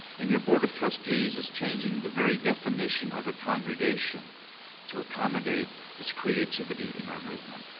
and your board of trustees is changing the very definition of a congregation to accommodate this creativity in our movement.